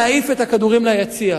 מספיק לו להעיף את הכדורים ליציע.